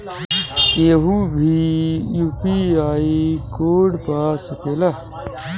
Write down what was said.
केहू भी UPI code पा सकेला?